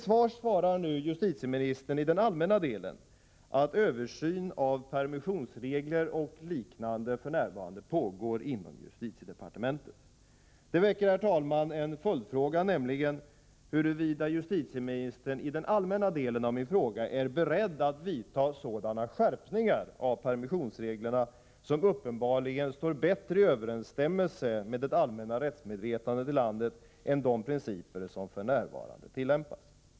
I sitt svar säger justitieministern i den allmänna delen att översyn av permissionsregler och liknande för närvarande pågår inom justitiedepartementet. Det väcker en följdfråga, nämligen huruvida justitieministern med anledning av vad jag anför i den allmänna delen i min fråga är beredd att vidta sådana skärpningar av permissionsreglerna som uppenbarligen står i bättre överensstämmelse med det allmänna rättsmedvetandet i landet än de principer som för närvarande tillämpas.